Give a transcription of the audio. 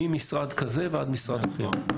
ממשרד כזה ועד משרד אחר.